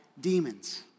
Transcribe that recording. demons